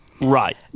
Right